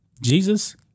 Jesus